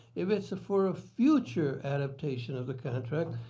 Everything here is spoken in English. if it's for a future adaptation of the contract,